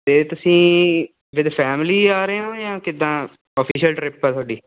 ਅਤੇ ਤੁਸੀਂ with family ਆ ਰਹੇ ਹੋ ਜਾਂ ਕਿੱਦਾਂ ਆਫੀਸ਼ਅਲ ਟਰਿਪ ਆ ਤੁਹਾਡੀ